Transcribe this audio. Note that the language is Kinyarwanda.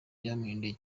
byahinduye